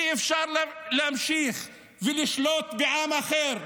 אי-אפשר להמשיך ולשלוט בעם אחר,